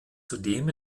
zudem